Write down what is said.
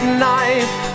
knife